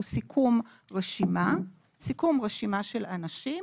הוא סיכום רשימה של אנשים,